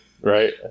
right